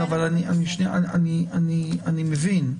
שנייה, אני מבין.